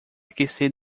aquecer